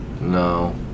No